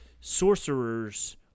sorcerers